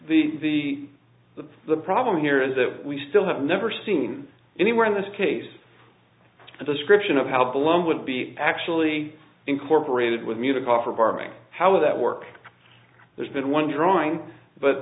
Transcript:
the the the problem here is that we still have never seen anywhere in this case a description of how the lung would be actually incorporated with music off regarding how that work there's been one drawing but